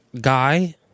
guy